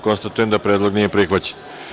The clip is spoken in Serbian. Konstatujem da predlog nije prihvaćen.